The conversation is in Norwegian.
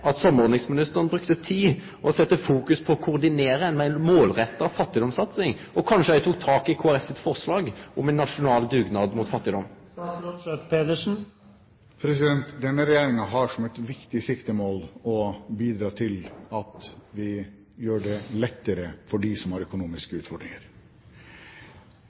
at samordningsministeren brukte tid på å setje fokus på å koordinere ei meir målretta fattigdomssatsing, og at han kanskje òg tok tak i Kristeleg Folkeparti sitt forslag om ein nasjonal dugnad mot fattigdom? Denne regjeringen har som et viktig siktemål å bidra til å gjøre det lettere for dem som har økonomiske utfordringer.